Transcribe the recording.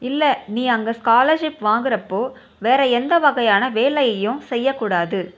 இல்லை நீ அங்கே ஸ்காலர்ஷிப் வாங்கிறப்போ வேறு எந்த வகையான வேலையையும் செய்யக் கூடாது